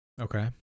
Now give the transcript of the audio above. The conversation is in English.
Okay